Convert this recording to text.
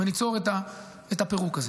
וניצור את הפירוק הזה.